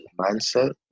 mindset